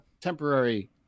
temporary